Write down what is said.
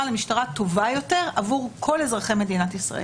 למשטרה טובה יותר עבור כל אזרחי מדינת ישראל.